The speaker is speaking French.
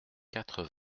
quatre